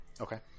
Okay